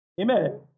amen